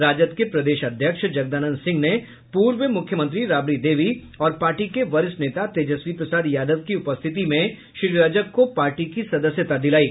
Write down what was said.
राजद के प्रदेश अध्यक्ष जगदानंद सिंह ने पूर्व मुख्यमंत्री राबड़ी देवी और पार्टी के वरिष्ठ नेता तेजस्वी प्रसाद यादव की उपस्थिति में श्री रजक को पार्टी की सदस्यता दिलायी